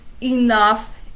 enough